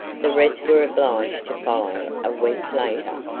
the rest were obliged to follow a week later.